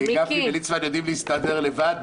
גפני וליצמן יודעים להסתדר לבד,